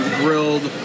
grilled